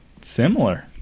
similar